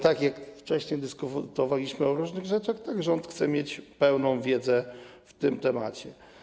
Tak jak wcześniej dyskutowaliśmy o różnych rzeczach, ten rząd chce mieć pełną wiedzę w tej sprawie.